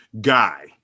guy